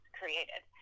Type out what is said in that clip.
created